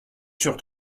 sur